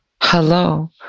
Hello